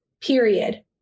Period